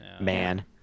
man